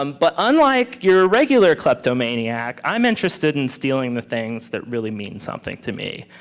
um but unlike your regular kleptomaniac, i'm interested in stealing the things that really mean something to me,